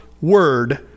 word